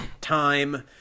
time